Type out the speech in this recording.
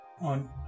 on